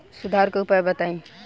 सुधार के उपाय बताई?